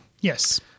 yes